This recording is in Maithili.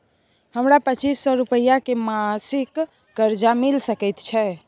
हमरा पच्चीस सौ रुपिया के मासिक कर्जा मिल सकै छै?